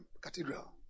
Cathedral